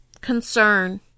concern